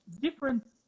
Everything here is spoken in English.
different